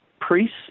priests